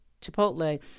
chipotle